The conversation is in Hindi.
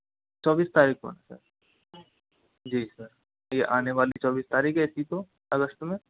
चौबीस तारीख को है सर जी सर ये आने वाली चौबीस तारीख है इसी को अगस्त में